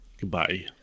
Goodbye